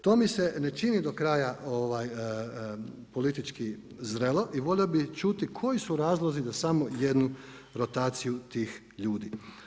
To mi se ne čini do kraja politički zrelo, i volio bih čuti koji su razlozi na samo jednu rotaciju tih ljudi.